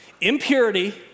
impurity